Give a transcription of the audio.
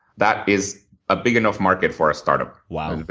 that is a big enough market for a startup. wow. and but